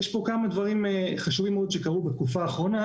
יש פה כמה דברים חשובים מאוד שקרו בתקופה האחרונה